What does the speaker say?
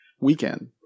weekend